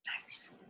Nice